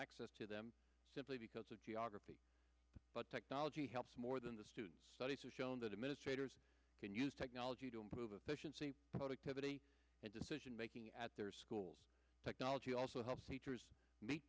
access to them simply because of geography but technology helps more than the students studies have shown that administrators can use technology to improve efficiency productivity and decision making at their schools technology also helps teachers me